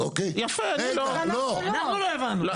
אני לא הבנתי.